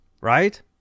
right